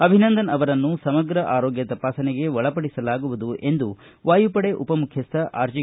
ಅಭಿನಂದನ್ ಅವರನ್ನು ಸಮಗ್ರ ಆರೋಗ್ಯ ತಪಾಸಣೆಗೆ ಒಳಪಡಿಸಲಾಗುವುದು ಎಂದು ವಾಯಪಡೆ ಉಪ ಮುಖ್ಯಸ್ಥ ಆರ್ಜಿ